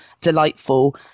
delightful